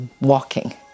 walking